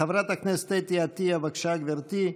חברת הכנסת אתי עטייה, בבקשה, גברתי,